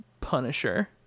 punisher